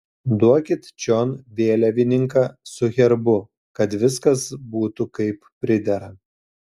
duokit čion vėliavininką su herbu kad viskas būtų kaip pridera